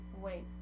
wait